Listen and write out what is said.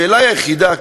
השאלה היחידה,